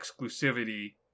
exclusivity